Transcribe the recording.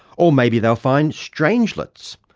or maybe they'll find strangelets,